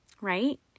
right